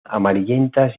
amarillentas